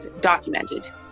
documented